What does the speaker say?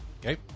Okay